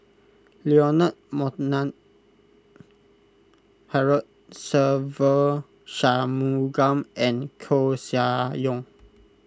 Leonard Montague Harrod Se Ve Shanmugam and Koeh Sia Yong